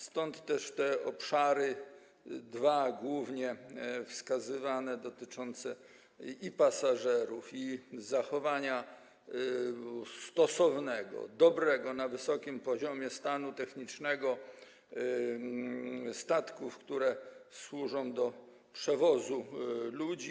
Stąd też te dwa głównie wskazywane obszary dotyczą i pasażerów, i zachowania stosownego, dobrego, na wysokim poziomie stanu technicznego statków, które służą do przewozu ludzi.